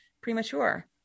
premature